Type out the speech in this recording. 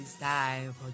time